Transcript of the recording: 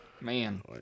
man